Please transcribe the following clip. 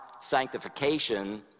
sanctification